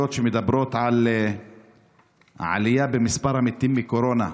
שמדברות על עלייה במספר המתים מקורונה,